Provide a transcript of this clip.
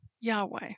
Yahweh